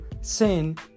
sin